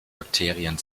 bakterien